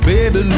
Baby